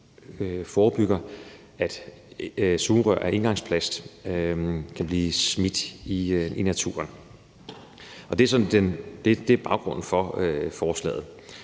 forebygger, at sugerør af engangsplast kan blive smidt i naturen. Det er sådan baggrunden for forslaget.